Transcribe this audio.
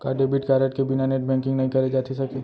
का debit card के बिना नेट बैंकिंग नई करे जाथे सके?